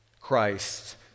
Christ